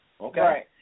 Okay